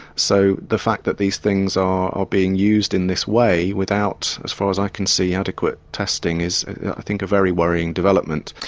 so the fact that these things are being used in this way without as far as i can see adequate testing is i i think a very worrying development.